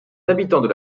habitants